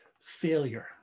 failure